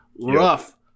rough